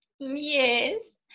Yes